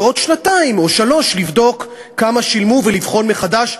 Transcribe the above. ובעוד שנתיים או שלוש שנים לבדוק כמה שילמו ולבחון מחדש.